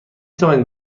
توانید